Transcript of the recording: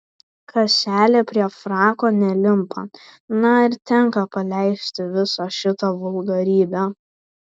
kaselė prie frako nelimpa na ir tenka paleisti visą šitą vulgarybę